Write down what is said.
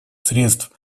средств